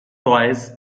toys